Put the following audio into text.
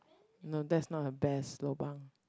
no that's not the best lobang